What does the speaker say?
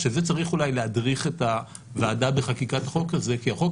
שזה אולי צריך להדריך את הוועדה בחקיקת חוק כזה כי החוק